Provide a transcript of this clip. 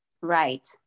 Right